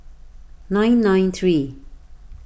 nine nine three